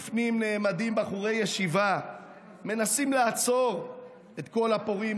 בפנים נעמדים בחורי הישיבה ומנסים לעצור את כל הפורעים.